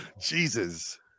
Jesus